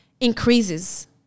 increases